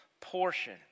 portion